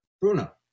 Bruno